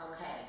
Okay